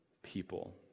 people